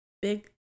Big